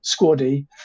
squaddy